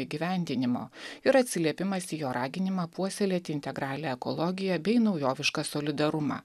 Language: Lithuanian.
įgyvendinimo ir atsiliepimas į jo raginimą puoselėti integralią ekologiją bei naujovišką solidarumą